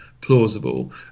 plausible